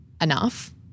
enough